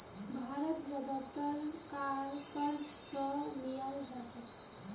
भारत ज्यादातर कार क़र्ज़ स लीयाल जा छेक